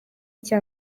cya